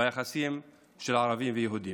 ביחסים של ערבים ויהודים.